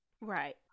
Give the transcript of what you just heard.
Right